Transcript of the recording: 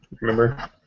Remember